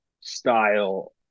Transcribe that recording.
style